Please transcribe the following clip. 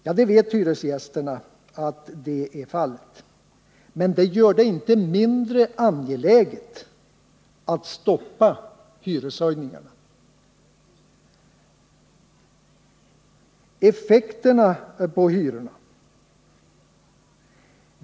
Ja, hyresgästerna vet att så är fallet, men det gör det ju inte mindre angeläget att stoppa hyreshöjningarna.